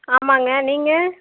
ஆமாம்ங்க நீங்கள்